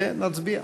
ונצביע.